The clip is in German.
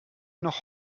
noch